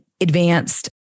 advanced